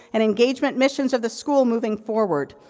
and engagement missions of the school moving forward.